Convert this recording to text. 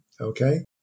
okay